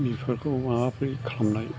बिफोरखौ माब्रै खालामनाय